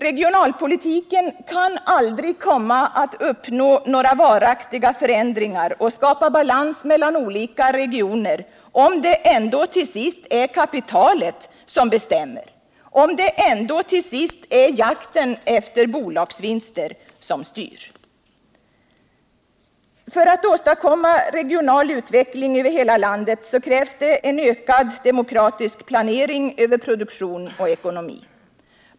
Regionalpolitiken kan aldrig komma att uppnå några varaktiga förändringar och skapa balans mellan olika regioner, om det ändå till sist är kapitalet som bestämmer, om det ändå till sist är jakten efter bolagsvinster som styr. För att åstadkomma regional utveckling över hela landet krävs en ökad demokratisk planering över produktion och ekonomi.